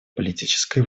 политической